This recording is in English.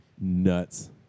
Nuts